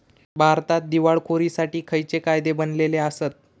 भारतात दिवाळखोरीसाठी खयचे कायदे बनलले आसत?